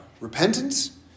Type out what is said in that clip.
repentance